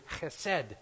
chesed